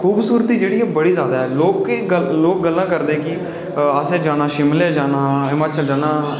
खूबसूरती जेह्ड़ी ऐ बोह्त ज्यादा ऐ लोक गल्लां करदे कि असें जाना शिमलै जाना हिमाचल जाना